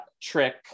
Trick